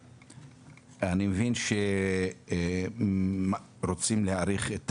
אני מבין שרוצים להאריך את